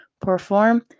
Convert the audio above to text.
perform